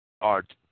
art